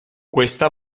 questa